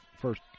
first